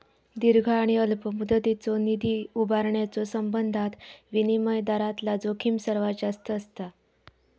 दीर्घ आणि अल्प मुदतीचो निधी उभारण्याच्यो संबंधात विनिमय दरातला जोखीम सर्वात जास्त असता